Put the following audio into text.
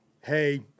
Hey